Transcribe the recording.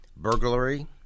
burglary